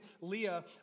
Leah